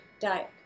diet